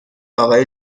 آقای